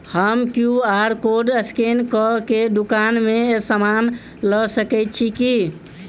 हम QR code scan कऽ केँ दुकान मे समान लऽ सकैत छी की?